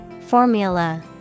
Formula